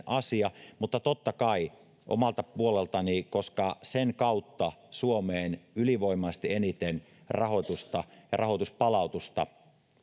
asia mutta totta kai omalta puoleltani koska sen kautta suomeen ylivoimaisesti eniten rahoitusta ja rahoituspalautusta